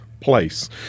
place